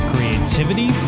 Creativity